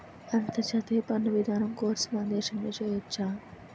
అంతర్జాతీయ పన్ను విధానం కోర్సు మన దేశంలో చెయ్యొచ్చా